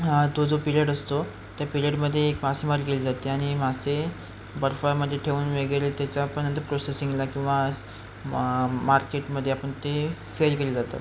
हां तो जो पिरियड असतो त्या पिरियडमध्ये एक मासेमारी केली जाते आणि मासे बर्फामध्ये ठेवून वगैरे त्याचा पण प्रोसेसिंगला किंवा मार्केटमध्ये आपण ते सेल केले जातात